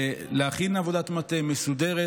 להכין עבודת מטה מסודרת,